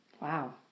Wow